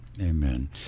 Amen